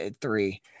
Three